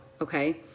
okay